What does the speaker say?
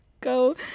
go